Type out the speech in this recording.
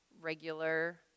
regular